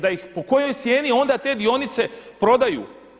Da ih po kojoj cijeni onda te dionice prodaju.